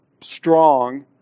strong